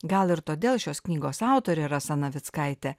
gal ir todėl šios knygos autorė rasa navickaitė